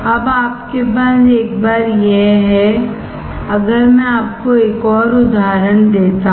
अब आपके पास एक बार यह है अगर मैं आपको एक और उदाहरण देता हूं